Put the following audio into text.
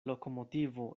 lokomotivo